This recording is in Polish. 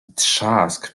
trzask